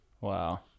Wow